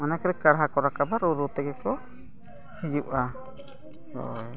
ᱚᱱᱮ ᱚᱱᱠᱟᱨᱮ ᱠᱟᱨᱦᱟ ᱠᱚ ᱨᱟᱠᱟᱵᱟ ᱨᱩ ᱨᱩ ᱛᱮᱜᱮ ᱠᱚ ᱦᱤᱡᱩᱜᱼᱟ ᱦᱳᱭ